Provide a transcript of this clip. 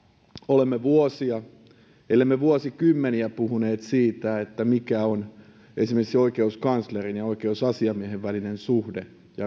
olemme vuosia ellemme vuosikymmeniä puhuneet siitä mikä on esimerkiksi oikeuskanslerin ja oikeusasiamiehen välinen suhde ja